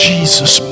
Jesus